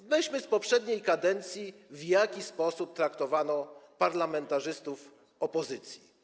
Weźmy przykłady z poprzedniej kadencji, w jaki sposób traktowano parlamentarzystów opozycji.